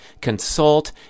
consult